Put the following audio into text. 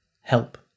help